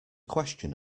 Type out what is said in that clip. question